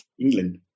England